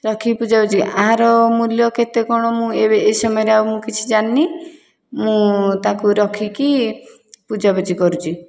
ରଖିକି ପୂଜା କରୁଛି ଆର ମୂଲ୍ୟ କେତେ କ'ଣ ଏବେ ଏ ସମୟରେ ଆଉ କିଛି ଜାଣିନି ମୁଁ ତାକୁ ରଖିକି ପୂଜାପୂଜି କରୁଛି